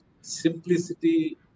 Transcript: simplicity